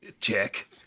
Check